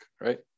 right